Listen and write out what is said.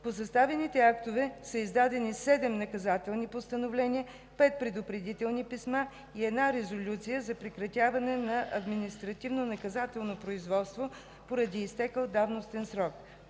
По съставените актове са издадени 7 наказателни постановления, 5 предупредителни писма и една резолюция за прекратяване на административнонаказателно производство поради изтекъл давностен срок.